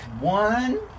One